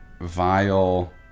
vile